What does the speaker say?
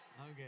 Okay